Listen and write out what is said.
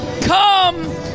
come